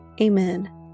Amen